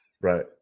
right